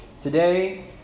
Today